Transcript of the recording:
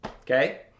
Okay